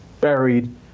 buried